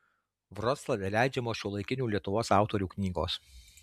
vroclave leidžiamos šiuolaikinių lietuvos autorių knygos